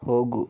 ಹೋಗು